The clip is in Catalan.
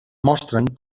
mostren